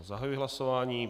Zahajuji hlasování.